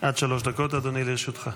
עד שלוש דקות, אדוני, לרשותך.